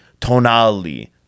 Tonali